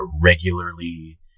regularly